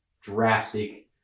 drastic